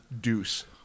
Deuce